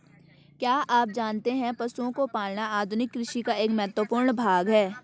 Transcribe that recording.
क्या आप जानते है पशुओं को पालना आधुनिक कृषि का एक महत्वपूर्ण भाग है?